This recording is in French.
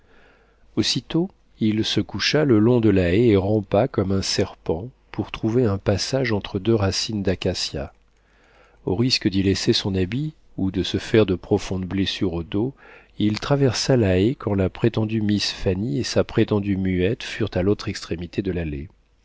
aussitôt il se coucha le long de la haie et rampa comme un serpent pour trouver un passage entre deux racines d'acacia au risque d'y laisser son habit ou de se faire de profondes blessures au dos il traversa la haie quand la prétendue miss fanny et sa prétendue muette furent à l'autre extrémité de l'allée